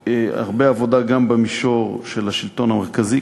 הרבה עבודה גם במישור של השלטון המרכזי,